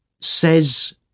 says